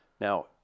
Now